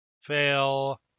Fail